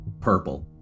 purple